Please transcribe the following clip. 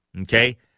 okay